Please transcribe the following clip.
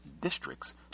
districts